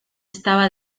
estaba